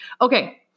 Okay